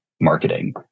marketing